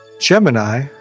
Gemini